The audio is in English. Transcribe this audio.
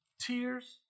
tears